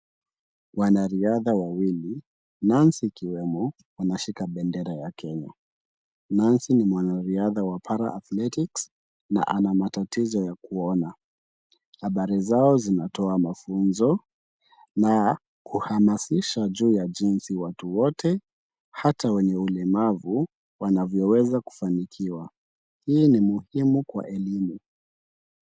Wanariadha wawili, Nancy kiwemo wanashika bendera ya Kenya, Nancy ni mwanariadha wa para athletics na ana matatizo ya kuona, habari zao zinatoa mafunzo, na kuhamasisha juu ya jinsi watu wote hata wenye ulemavu wanavyoweza kufanikiwa. Hii ni muhimu kwa elimu.